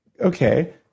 okay